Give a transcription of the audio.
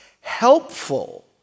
helpful